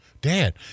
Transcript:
Dad